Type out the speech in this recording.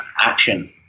action